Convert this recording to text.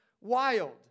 Wild